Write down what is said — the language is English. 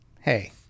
Hey